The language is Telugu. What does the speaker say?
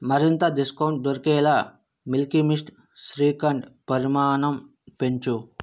మరింత డిస్కౌంట్ దొరికేలా మిల్కీ మిస్ట్ శ్రీఖండ్ పరిమాణం పెంచు